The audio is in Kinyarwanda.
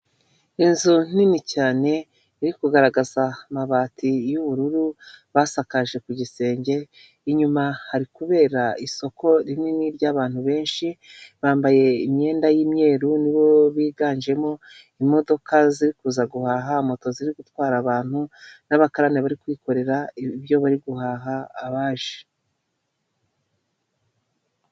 Inzu nini cyane iri kugaragaza amabati y'ubururu basakaje ku gisenge inyuma hari kubera isoko rinini ry'abantu benshi bambaye imyenda y'imweruru nibo biganjemo imodoka ze kuza guhaha moto ziri gutwara abantu n'abakarani bari kwikorera ibyo bari guhaha abaje.